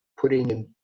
putting